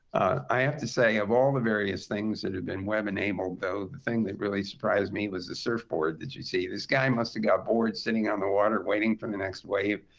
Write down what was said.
i have to say, of all the various things that have been web-enabled though, the thing that really surprised me was the surfboard that you see. this guy must've got bored sitting on the water waiting for the next wave.